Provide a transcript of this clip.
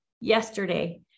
yesterday